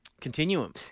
Continuum